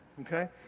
okay